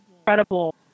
incredible